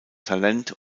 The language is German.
talent